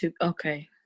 okay